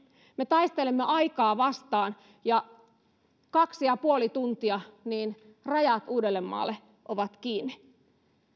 me taistelemme aikaa vastaan kaksi ja puoli tuntia niin rajat uudellemaalle ovat kiinni